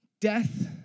Death